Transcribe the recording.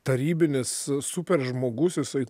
tarybinis super žmogus jisai